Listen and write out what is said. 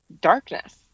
darkness